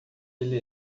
ele